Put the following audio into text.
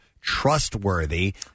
trustworthy